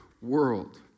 world